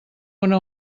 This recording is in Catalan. una